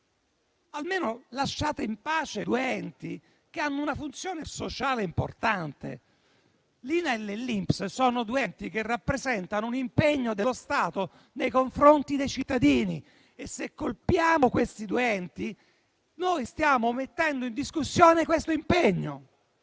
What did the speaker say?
Almeno lasciate in pace due enti che hanno una funzione sociale importante. L'INAIL e l'INPS sono due enti che rappresentano un impegno dello Stato nei confronti dei cittadini. E se colpiamo questi due enti noi stiamo mettendo in discussione questo impegno.